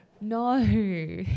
No